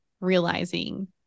realizing